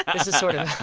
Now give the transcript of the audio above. this is sort of.